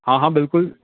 ਹਾਂ ਹਾਂ ਬਿਲਕੁਲ